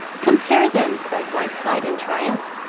compare them! cried whiteside in triumph.